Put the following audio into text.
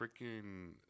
freaking